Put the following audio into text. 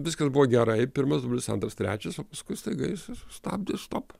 viskas buvo gerai pirmas dublis antras trečias o paskui staiga jis sustabdė stop